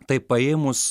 taip paėmus